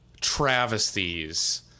travesties